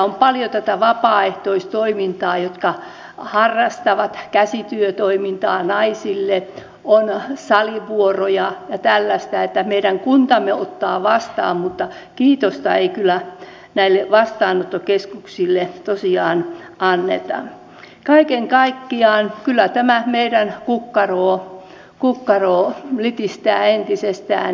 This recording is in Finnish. on tietenkin jo sinänsä vakavaa että ministeri heittää ihan omasta päästään virheellisiä lukuja eduskunnan edessä etenkin kun pääministeri sipilän mukaan hallintarekisteristä annetut lausunnot oli käyty läpi hallituspuolueiden puheenjohtajien kesken juuri ennen kyselytuntia jossa valtiovarainministeri stubb antoi väärää tietoa lausunnoista